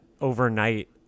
overnight